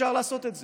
אפשר לעשות את זה.